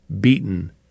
beaten